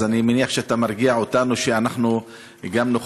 אז אני מניח שאתה מרגיע אותנו שאנחנו נוכל